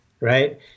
right